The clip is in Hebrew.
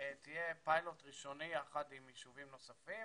תהיה פיילוט ראשוני יחד עם ישובים נוספים